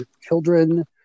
children